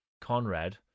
Conrad